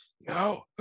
no